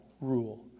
rule